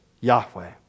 Yahweh